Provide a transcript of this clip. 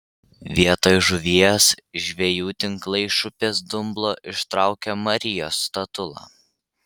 vietoj žuvies žvejų tinklai iš upės dumblo ištraukė marijos statulą